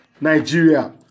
Nigeria